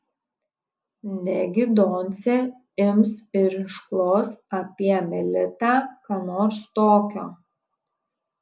negi doncė ims ir išklos apie melitą ką nors tokio